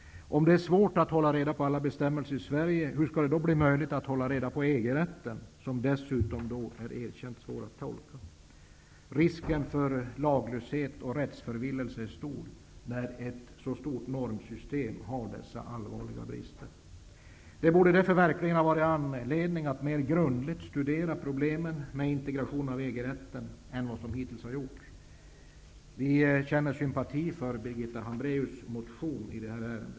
Om det är svårt att hålla reda på alla bestämmelser i Sverige, hur skall det då bli möjligt att hålla reda på EG-rätten, som dessutom är erkänt svår att tolka? Risken för laglöshet och rättsförvillelse är stor när ett så stort normsystem har dessa allvarliga brister. Det borde därför verkligen ha varit anledning att mer grundligt studera problemen med integration av EG-rätten än vad som hittills har gjorts. Vi känner sympati för Birgitta Hambraeus motion i det här ärendet.